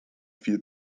viel